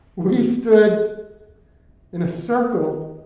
we stood in a circle,